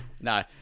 No